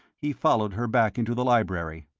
he followed her back into the library.